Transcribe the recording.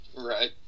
Right